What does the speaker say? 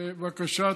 לבקשת,